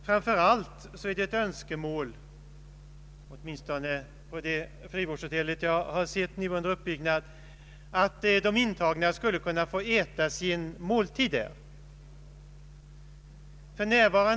Framför allt är det ett önskemål, åtminstone på det frivårdshotell jag har sett under uppbyggnad, att de intagna där skulle kunna äta sina måltider.